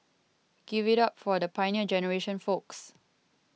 give it up for the Pioneer Generation folks